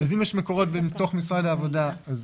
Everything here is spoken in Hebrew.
אם יש מקורות מתוך משרד העבודה אז